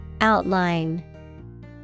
Outline